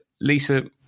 Lisa